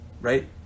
right